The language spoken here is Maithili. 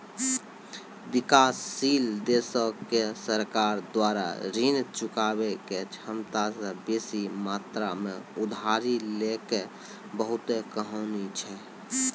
विकासशील देशो के सरकार द्वारा ऋण चुकाबै के क्षमता से बेसी मात्रा मे उधारी लै के बहुते कहानी छै